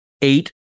eight